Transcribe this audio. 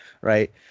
right